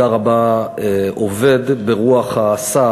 אני מאמין שמשרד במידה רבה עובד ברוח השר,